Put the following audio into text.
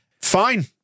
Fine